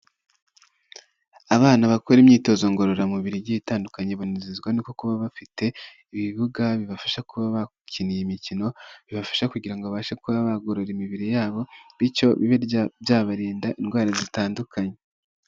Abana bakora imyitozo ngororamubiri igiye itandukanye banezezwa no kuba bafite, ibibuga bibafasha kuba bakina imikino, bibafasha kugira abashe kuba bagorora imibiri yabo, bityo birya byabarinda indwara zitandukanye.